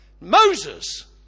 Moses